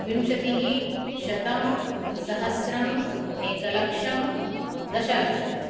विंशतिः शतं सहस्रम् एकलक्षं दशलक्षम्